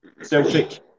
Celtic